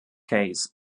case